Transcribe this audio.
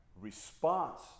response